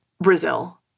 Brazil